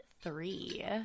three